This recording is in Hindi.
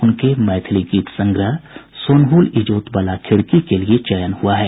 उनके मैथिली गीत संग्रह सोनहुल इजोतबला खिड़की के लिए चयन हुआ है